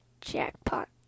jackpot